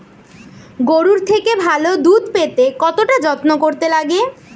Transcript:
গরুর থেকে ভালো দুধ পেতে কতটা যত্ন করতে লাগে